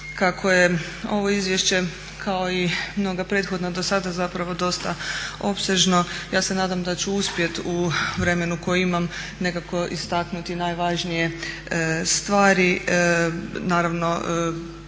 Kako je ovo izvješće kao i mnoga prethodna do sada zapravo dosta opsežno, ja se nadam da ću uspjeti u vremenu koje imam nekako istaknuti najvažnije stvari. Naravno temeljem